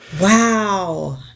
wow